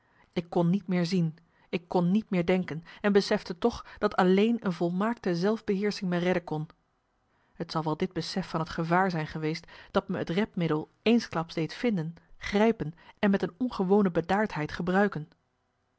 ik kon niet meer zien ik kon niet meer denken en besefte toch dat alleen een volmaakte zelfbeheersching me redden kon t zal wel dit besef van het gevaar zijn geweest dat me het redmiddel eensklaps deed vinden grijpen en met een ongewone bedaardheid gebruiken